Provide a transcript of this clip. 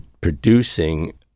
producing